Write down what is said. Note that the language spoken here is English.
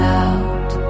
out